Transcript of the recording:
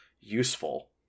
useful